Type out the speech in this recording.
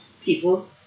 people